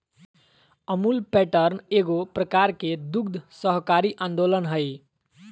Amul pattern एगो प्रकार के दुग्ध सहकारी आन्दोलन हइ